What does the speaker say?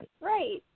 Right